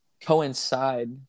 coincide